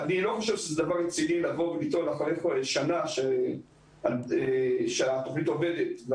אני לא חושב שזה דבר רציני לבוא ולטעון אחרי שנה שהתוכנית עובדת,